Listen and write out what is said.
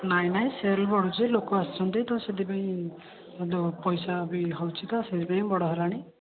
ନାହିଁ ନାହିଁ ସେଲ୍ ବଢ଼ୁଛି ଲୋକ ଆସୁଛନ୍ତି ତ ସେଥିପାଇଁ ମଧ୍ୟ ପଇସା ବି ହେଉଛି ତ ସେଥିପାଇଁ ବଡ଼ ହେଲାଣି